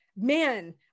man